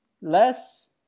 Less